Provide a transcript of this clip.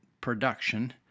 production